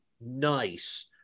nice